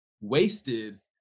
wasted